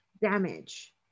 damage